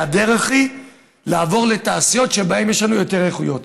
והדרך היא לעבור לתעשיות שבהן יש לנו יותר איכויות.